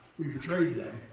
we betrayed them.